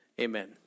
amen